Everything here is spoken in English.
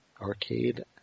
Arcade